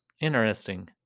interesting